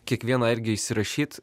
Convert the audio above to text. kiekvieną irgi įsirašyt